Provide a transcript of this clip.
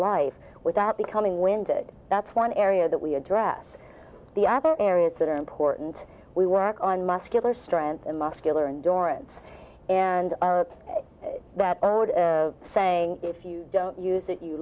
life without becoming winded that's one area that we address the other areas that are important we work on muscular strength and muscular endurance and that old saying if you don't use it you